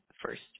first